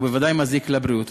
ובוודאי מזיק לבריאות.